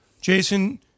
Jason